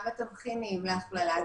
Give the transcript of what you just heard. גם בתבחינים להכללה,